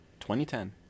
2010